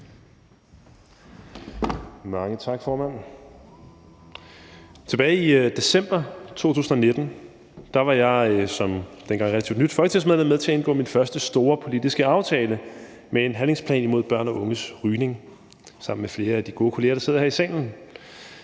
Mange tak, formand. Tilbage i december 2019 var jeg som dengang relativt nyt folketingsmedlem med til at indgå min første store politiske aftale med en handlingsplan imod børn og unges rygning sammen med flere af de gode kolleger, der sidder her i salen.